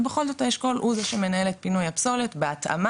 ובכל זאת האשכול הוא זה שמנהל את פינוי הפסולת בהתאמה,